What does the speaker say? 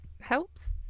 helps